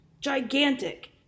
Gigantic